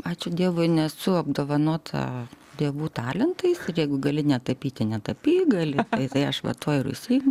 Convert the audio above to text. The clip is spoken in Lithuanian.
ačiū dievui nesu apdovanota dievų talentais jeigu gali netapyti netapyk gali tai aš va tuo ir užsii